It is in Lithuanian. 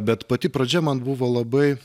bet pati pradžia man buvo labai